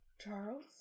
Charles